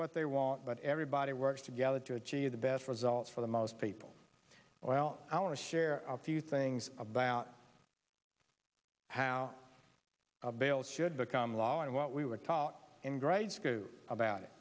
what they want but everybody works together to achieve the best results for the most people well i want to share a few things about how bales should become law and what we were taught in grade school about it